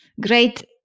Great